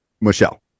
Michelle